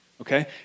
okay